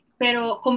Pero